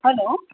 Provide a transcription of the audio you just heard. hello